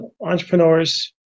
entrepreneurs